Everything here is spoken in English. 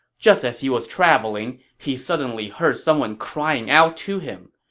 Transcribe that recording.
just as he was traveling, he suddenly heard someone cry and out to him.